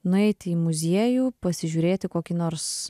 nueiti į muziejų pasižiūrėti kokį nors